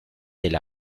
del